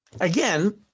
Again